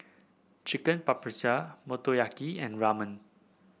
Chicken Paprikas Motoyaki and Ramen